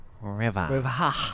River